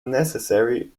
necessary